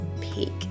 peak